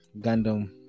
Gundam